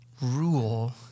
Rule